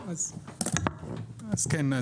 אז כן,